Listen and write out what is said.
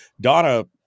Donna